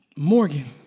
morgan,